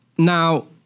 Now